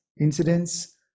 incidents